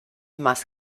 más